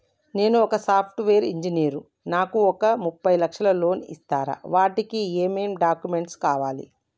నేను ఒక software engineer నాకు ఒక ముప్పై లక్షల లోన్ ఇస్తరా? వాటికి ఏం డాక్యుమెంట్స్ కావాలి?